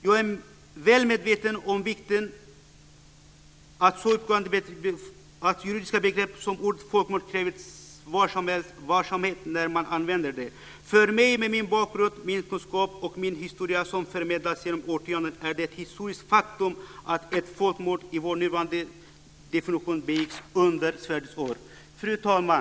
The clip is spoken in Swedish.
Jag är väl medveten om vikten av att så djupgående juridiska begrepp som ordet folkmord kräver varsamhet när man använder dem. För mig med min bakgrund, min kunskap och min historia som förmedlats genom årtionden är det ett historiskt faktum att ett folkmord i vår nuvarande definition begicks under svärdets år. Fru talman!